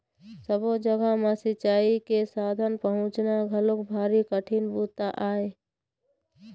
सब्बो जघा म सिंचई के साधन पहुंचाना घलोक भारी कठिन बूता आय